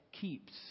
keeps